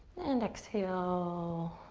and exhale,